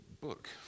book